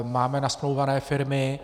Máme nasmlouvané firmy.